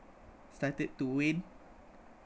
started to wane